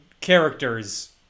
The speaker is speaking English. characters